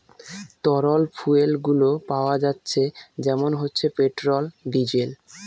তরল ফুয়েল গুলো পাওয়া যাচ্ছে যেমন হচ্ছে পেট্রোল, ডিজেল